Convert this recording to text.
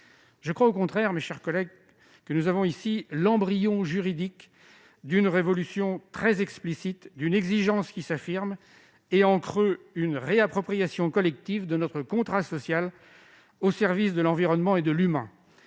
Je crois au contraire, mes chers collègues, que nous avons ici l'embryon juridique d'une révolution très explicite, d'une exigence qui s'affirme, et, en creux, d'une réappropriation collective de notre contrat social au service de l'environnement et de l'humain.